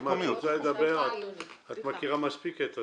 אם את רוצה לדבר, את מכירה מספיק את המערכת.